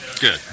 good